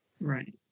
Right